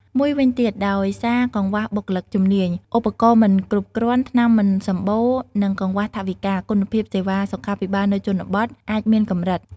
មួយវិញទៀត ដោយសារកង្វះបុគ្គលិកជំនាញ ឧបករណ៍មិនគ្រប់គ្រាន់ ថ្នាំមិនសម្បូរ និងកង្វះថវិកា គុណភាពសេវាសុខាភិបាលនៅជនបទ អាចមានកម្រិត។